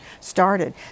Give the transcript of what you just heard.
started